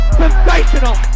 sensational